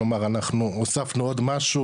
כלומר אנחנו הוספנו עוד משהו,